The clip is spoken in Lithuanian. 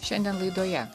šiandien laidoje